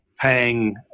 paying